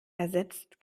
ersetzt